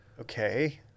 okay